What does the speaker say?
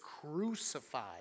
crucified